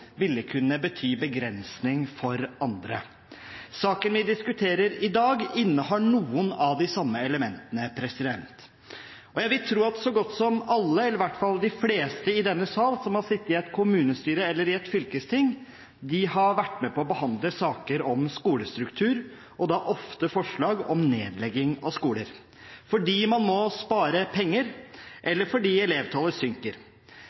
ville kunne bety begrensning for andre. Saken vi diskuterer i dag, innehar noen av de samme elementene. Jeg vil tro at så godt som alle, eller i hvert fall de fleste i denne sal som har sittet i et kommunestyre eller i et fylkesting, har vært med på å behandle saker om skolestruktur, og da ofte forslag om nedlegging av skoler, fordi man må spare penger eller fordi elevtallet synker.